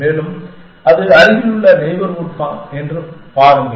மேலும் அது அருகிலுள்ள நெய்பர்ஹூட் என்று பாருங்கள்